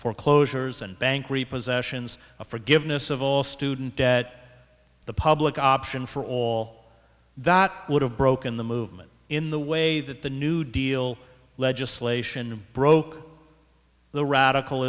foreclosures and bank repossessions a forgiveness of all student debt the public option for all that would have broken the movement in the way that the new deal legislation broke the radical